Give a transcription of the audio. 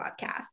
podcast